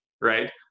right